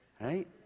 Right